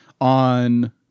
on